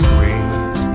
wait